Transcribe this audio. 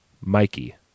Mikey